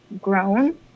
grown